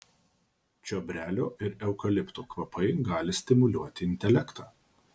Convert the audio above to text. čiobrelio ir eukalipto kvapai gali stimuliuoti intelektą